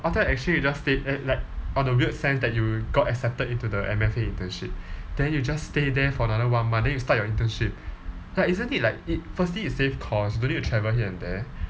after exchange you just stay uh like on the weird sense that you got accepted into the M_F_A internship then you just stay there for another one month then you start your internship like isn't it like it firstly it save cost you don't need to travel here and there